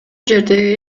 жерде